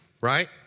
right